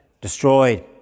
destroyed